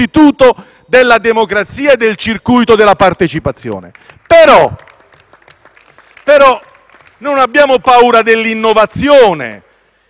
non abbiamo paura dell'innovazione. In questa Camera alta dell'Italia ha lavorato per tanto tempo,